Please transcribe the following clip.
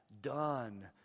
done